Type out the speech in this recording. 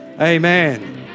amen